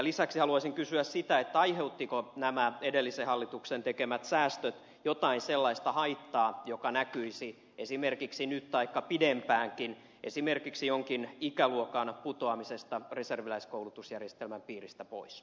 lisäksi haluaisin kysyä sitä aiheuttivatko nämä edellisen hallituksen tekemät säästöt jotain sellaista haittaa joka näkyisi esimerkiksi nyt taikka pidempäänkin esimerkiksi jonkin ikäluokan putoamisena reserviläiskoulutusjärjestelmän piiristä pois